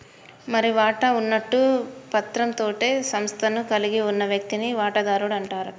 మరి వాటా ఉన్నట్టు పత్రం తోటే సంస్థను కలిగి ఉన్న వ్యక్తిని వాటాదారుడు అంటారట